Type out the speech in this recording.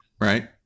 right